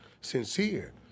sincere